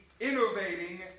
innovating